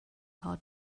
hard